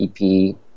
EP